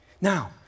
Now